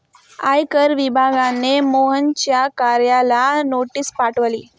आयकर विभागाने मोहनच्या कार्यालयाला नोटीस पाठवली